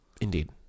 Indeed